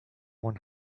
one